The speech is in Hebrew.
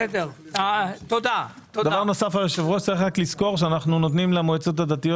יש לזכור שאנו נותנים למועצות הדתיות